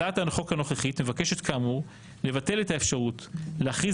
הצעת החוק הנוכחית מבקשת כאמור לבטל את האפשרות להכריז